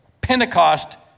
Pentecost